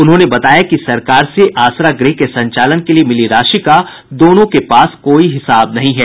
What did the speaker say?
उन्होंने बताया कि सरकार से आसरा गृह के संचालन के लिये मिली राशि का दोनों के पास कोई हिसाब नहीं है